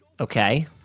Okay